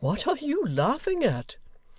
what are you laughing at